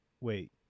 wait